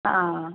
ആ ആ